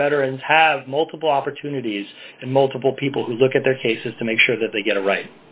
the veterans have multiple opportunities and multiple people who look at their cases to make sure that they get it right